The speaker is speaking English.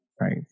right